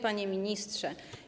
Panie Ministrze!